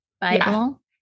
Bible